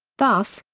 thus,